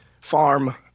Farm